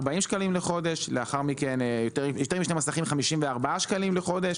40 שקלים לחודש ויותר משני מסכים 54 שקלים לחודש.